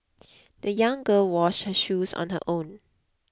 the young girl washed her shoes on her own